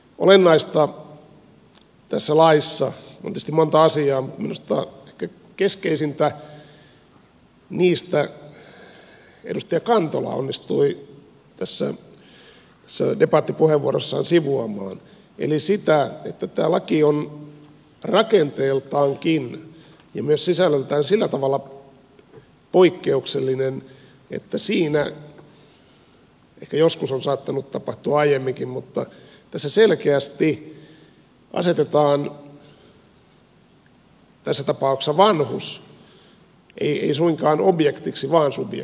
mutta olennaista tässä laissa on on tietysti monta asiaa mutta minusta ehkä keskeisintä niistä edustaja kantola onnistui tässä debattipuheenvuorossaan sivuamaan eli sitä että tämä laki on rakenteeltaankin ja myös sisällöltään sillä tavalla poikkeuksellinen että ehkä niin on joskus saattanut tapahtua aiemminkin tässä selkeästi asetetaan tässä tapauksessa vanhus ei suinkaan objektiksi vaan subjektiksi